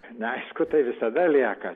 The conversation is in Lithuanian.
neaišku tai visada lieka